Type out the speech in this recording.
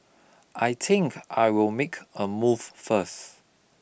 I think I will make a move first